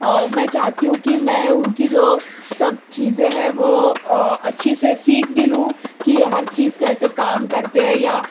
اور میں چاہتی ہوں کہ میں اُن کی جو سب چیزیں ہیں وہ اچھی سے سیکھ بھی لوں کہ ہر چیز کیسے کام کرتے ہیں یا